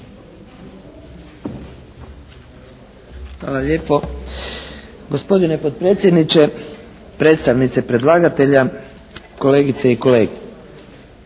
Hvala lijepo. Gospodine potpredsjedniče, predstavnici predlagatelja, kolegice i kolege.